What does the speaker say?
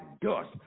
dust